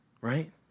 Right